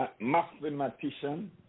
mathematician